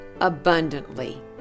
abundantly